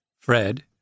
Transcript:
Fred